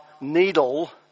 needle